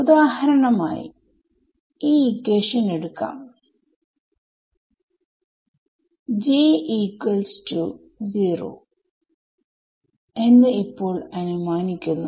ഉദാഹരണമായി ഈ ഇക്വേഷൻ എടുക്കാം j0 എന്ന് ഇപ്പോൾ അനുമാനിക്കുന്നു